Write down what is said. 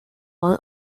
one